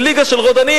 זה ליגה של רודנים.